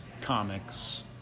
comics